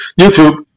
YouTube